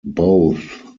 both